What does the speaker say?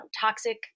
toxic